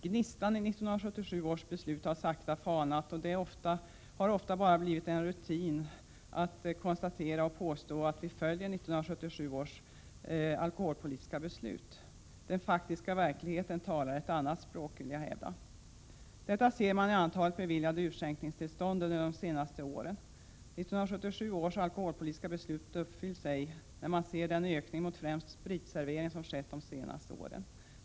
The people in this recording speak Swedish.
Gnistan i 1977 års beslut har sakta falnat, och det har ofta bara blivit ett rutinkonstaterande att påstå att vi följer 1977 års alkoholpolitiska beslut. Den faktiska verkligheten talar ett annat språk, vill jag hävda. Detta ser man i antalet beviljade utskänkningstillstånd under de senaste åren. 1977 års alkoholpolitiska beslut uppfylls ej med tanke på den ökning av främst spritservering som skett under de senaste åren.